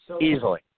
Easily